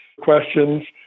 questions